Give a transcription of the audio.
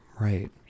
right